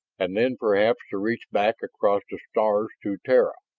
and then perhaps to reach back across the stars to terra.